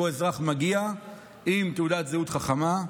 אזרח מגיע עם תעודת זהות חכמה,